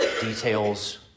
details